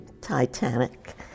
Titanic